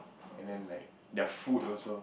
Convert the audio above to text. and then like their food also